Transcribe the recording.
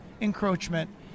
encroachment